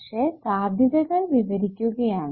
പക്ഷെ സാധ്യതകൾ വിവരിക്കുകയാണ്